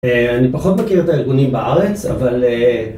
אני פחות מכיר את הארגונים בארץ, אבל...